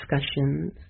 discussions